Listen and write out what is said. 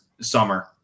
summer